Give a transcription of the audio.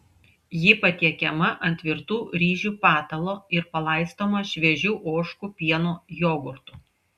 ji patiekiama ant virtų ryžių patalo ir palaistoma šviežiu ožkų pieno jogurtu